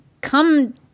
come